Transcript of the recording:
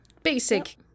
basic